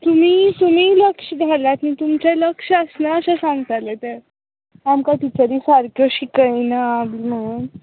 तुमी तुमी लक्ष घालात नी तुमचे लक्ष आसना अशें सांगताले तें आमकां टिचऱ्यो सारक्यो शिकयनात बी म्हणून